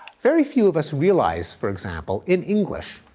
very few of us realize, for example, in english,